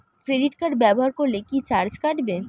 Credit card ব্যাবহার করলে কি চার্জ কাটবে?